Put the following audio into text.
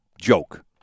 joke